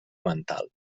mental